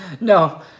no